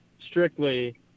strictly